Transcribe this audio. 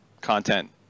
content